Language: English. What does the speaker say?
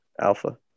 Alpha